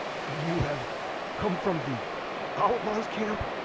you have come from the outlaws' camp?